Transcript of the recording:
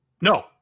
No